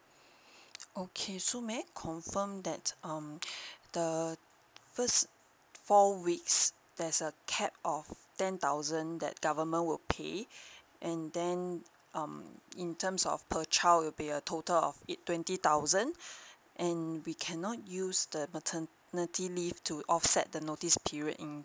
okay so may I confirm that um the first four weeks there's a cap of ten thousand that government will pay and then um in terms of per child will be a total of twenty thousand and we cannot use the maternity to offset the notice period in